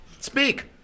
Speak